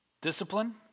Discipline